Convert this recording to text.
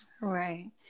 right